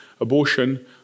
abortion